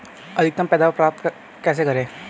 अधिकतम पैदावार प्राप्त कैसे करें?